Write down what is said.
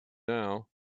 now